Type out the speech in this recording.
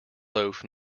loaf